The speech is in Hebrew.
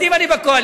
אם אני בקואליציה,